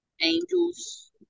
Angels